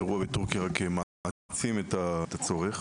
האירוע בטורקיה רק מעצים את הצורך.